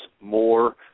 more